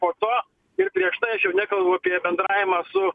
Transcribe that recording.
po to ir prieš tai aš jau nekalbu apie bendravimą su